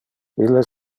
illes